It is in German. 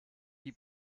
die